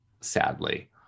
sadly